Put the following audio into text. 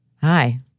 hi